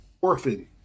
Orphan